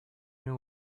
knew